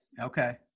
okay